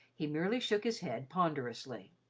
he merely shook his head ponderously.